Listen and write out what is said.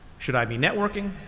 should i be networking,